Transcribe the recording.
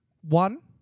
one